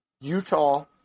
Utah